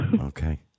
Okay